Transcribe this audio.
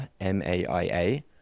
M-A-I-A